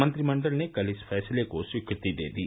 मंत्रिमंडल ने कल इस फैसले को स्वीकृति दे दी